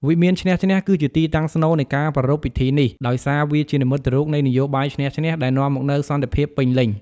វិមានឈ្នះ-ឈ្នះ គឺជាទីតាំងស្នូលនៃការប្រារព្ធពិធីនេះ ដោយសារវាជានិមិត្តរូបនៃនយោបាយឈ្នះ-ឈ្នះ ដែលនាំមកនូវសន្តិភាពពេញលេញ។